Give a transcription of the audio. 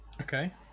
Okay